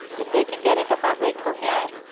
if they can get into heart rate coherence,